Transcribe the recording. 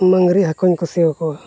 ᱢᱟᱺᱜᱽᱨᱤ ᱦᱟᱹᱠᱩᱧ ᱠᱩᱥᱤᱭᱟᱠᱚᱣᱟ